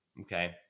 Okay